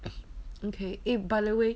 okay eh by the way